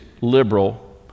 liberal